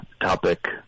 topic